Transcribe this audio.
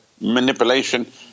manipulation